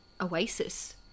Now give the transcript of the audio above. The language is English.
oasis